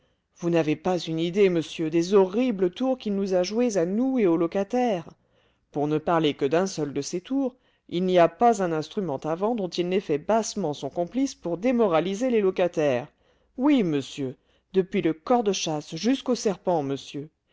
vous n'avez pas une idée monsieur des horribles tours qu'il nous a joués à nous et aux locataires pour ne parler que d'un seul de ces tours il n'y a pas un instrument à vent dont il n'ait fait bassement son complice pour démoraliser les locataires oui monsieur depuis le cor de chasse jusqu'au serpent monsieur